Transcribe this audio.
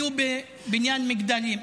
הם היו בבניין מגדלים,